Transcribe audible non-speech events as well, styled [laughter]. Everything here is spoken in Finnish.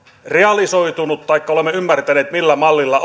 realisoitunut taikka olemme ymmärtäneet millä mallilla [unintelligible]